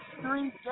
three